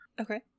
Okay